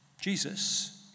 Jesus